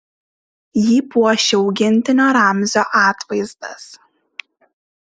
jį puošia augintinio ramzio atvaizdas